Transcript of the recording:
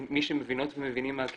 עם מי שמבינות ומבינים מה הקהילה,